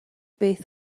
beth